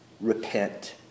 repent